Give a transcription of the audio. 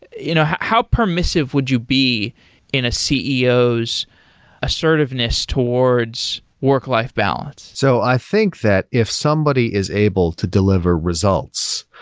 you know how permissive would you be in a ceos assertiveness towards work life balance? so i think that if somebody is able to deliver results,